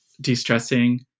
de-stressing